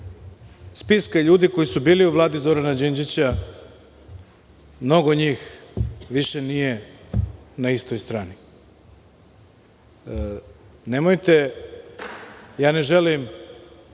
spiska ljudi koji su bili u Vladi Zorana Đinđića, mnogo njih više nije na istoj strani. Ne želim